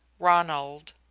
ronald.